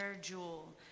jewel